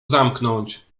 zamknąć